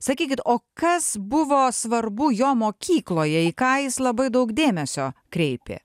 sakykit o kas buvo svarbu jo mokykloje į ką jis labai daug dėmesio kreipė